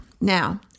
Now